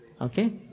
Okay